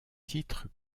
titres